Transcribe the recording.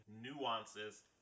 nuances